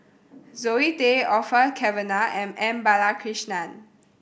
Zoe Tay Orfeur Cavenagh and M Balakrishnan